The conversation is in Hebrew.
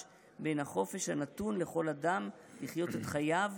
בין החופש הנתון לכל אדם לחיות את חייו